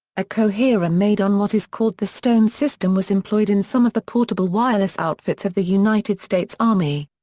a coherer made on what is called the stone system was employed in some of the portable wireless outfits of the united states army.